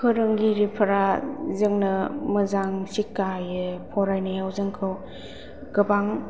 फोरोंगिरिफोरा जोंनो मोजां सिख्खा होयो फरायनायाव जोंखौ गोबां